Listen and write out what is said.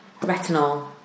retinol